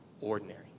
ordinary